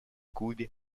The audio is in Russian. кубе